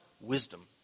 wisdom